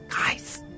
Guys